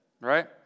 right